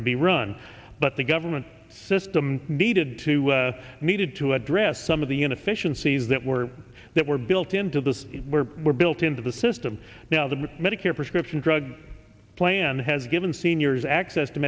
to be run but the government system needed to needed to address some of the unit fission sees that were that were built into those were were built into the system now the medicare prescription drug plan has given seniors access to